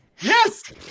Yes